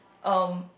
um